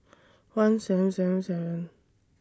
one seven seven seven